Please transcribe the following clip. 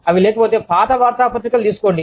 అవి లేకపోతే పాత వార్తాపత్రికలు తీసుకోండి